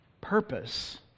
purpose